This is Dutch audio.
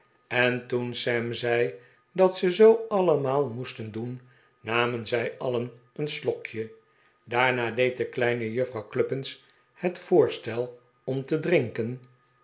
en toen sam zei dat ze zoo allemaal moesten doen namen zij alien een slokje daarna deed de kleine juffrouw cluppins het voorstel om te drinken